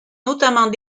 notamment